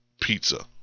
pizza